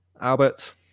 Albert